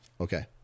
Okay